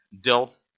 dealt